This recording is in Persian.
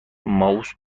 ماوس